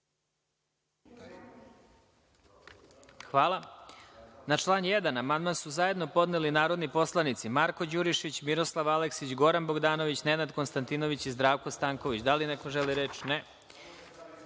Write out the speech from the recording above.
Hvala. Na član 1. amandman su zajedno podneli narodni poslanici Marko Đurišić, Miroslav Aleksić, Goran Bogdanović, Nenad Konstantinović i Zdravko Stanković. Da li neko želi reč?